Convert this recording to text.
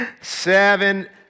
Seven